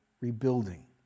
rebuilding